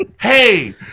hey